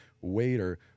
Waiter